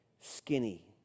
skinny